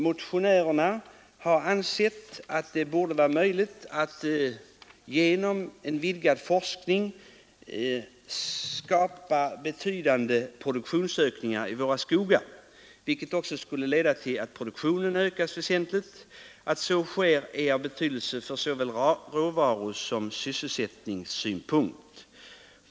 Motionärerna har ansett att det borde vara möjligt att genom en vidgad forskning skapa betydande produktionsökningar i våra skogar, vilket skulle vara av betydelse ur såväl råvarusom sysselsättningssynpunkt.